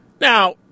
Now